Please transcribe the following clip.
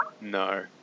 No